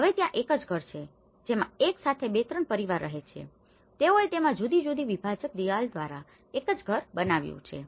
હવે ત્યાં એક જ ઘર છે જેમાં એકસાથે બે ત્રણ પરિવારો રહે છે તેઓએ તેમાં જુદી જુદી વિભાજક દીવાલો દ્વારા એક જ ઘર બનાવ્યું છે